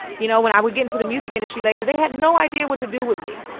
you know, when i would get into the music industry later, they had no idea what to do with me,